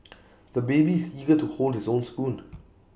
the baby is eager to hold his own spoon